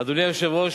אדוני היושב-ראש,